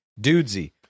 dudesy